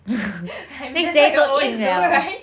that's what you always do right